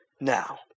now